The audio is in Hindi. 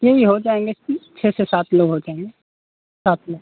यही हो जाएँगे इसमें छः से सात लोग हो जाएँगे साथ में